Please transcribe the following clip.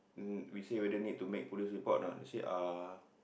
then we say whether need to make police report a not they say ah